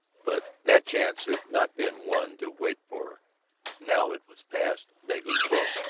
but that chance had not been one to wait for now it was past, negligible,